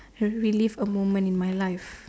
to relieve a moment in my life